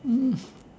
mm